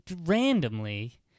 randomly